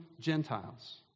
Gentiles